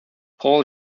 paul